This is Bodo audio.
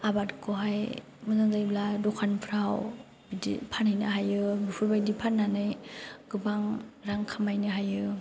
आबादखौहाय मोजां जायोब्ला दखानफ्राव बिदि फानहैनो हायो बेफोर बायदि फानानै गोबां रां खामायनो हायो